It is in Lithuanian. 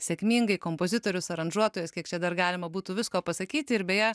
sėkmingai kompozitorius aranžuotojas kiek čia dar galima būtų visko pasakyti ir beje